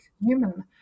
human